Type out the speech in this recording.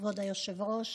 כבוד היושב-ראש,